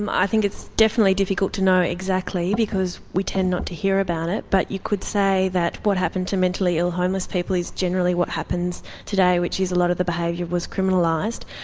um i think it's definitely difficult to know exactly, because we tend not to hear about it, but you could say that what happened to mentally ill homeless people is generally what happens today, which is a lot of the behaviour was criminalised,